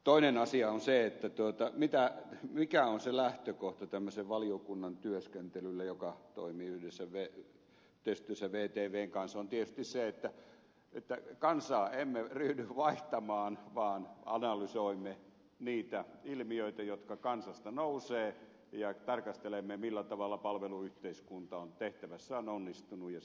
toinen asia on se mikä se lähtökohta tämmöisen valiokunnan työskentelylle joka toimii yhteistyössä vtvn kanssa on tietysti se että kansaa emme ryhdy vaihtamaan vaan analysoimme niitä ilmiöitä jotka kansasta nousevat ja tarkastelemme millä tavalla palveluyhteiskunta on tehtävässään onnistunut ja siinä kaikki